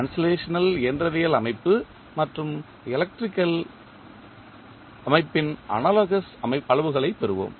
translational இயந்திரவியல் அமைப்பு மற்றும் எலக்ட்ரிக்கல் அமைப்பின் analogousஒத்த அளவுகளைப் பெறுவோம்